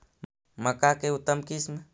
मक्का के उतम किस्म?